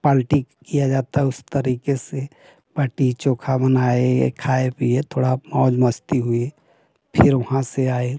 पाल्टी किया जाता है उस तरीके से बाटी चोखा बनाए यह खाए पिए थोड़ा मौज मस्ती हुई फिर वहाँ से आए